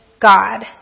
God